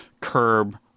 curb